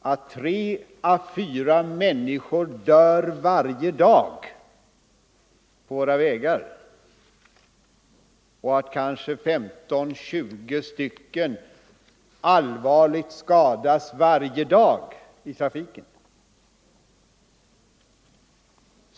att tre å fyra människor dör och kanske 15-20 allvarligt skadas varje dag i trafiken på våra vägar.